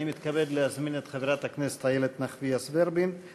אני מתכבד להזמין את חברת הכנסת איילת נחמיאס ורבין,